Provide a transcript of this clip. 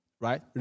right